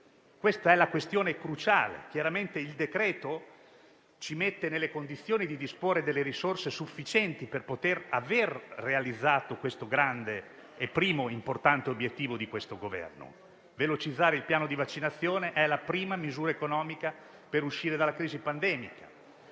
questa è la questione cruciale. Chiaramente, il decreto ci mette nelle condizioni di disporre di risorse sufficienti per realizzare tale grande, primo e importante obiettivo di questo Governo: velocizzare il piano di vaccinazione è la prima misura economica per uscire dalla crisi pandemica.